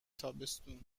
تابستون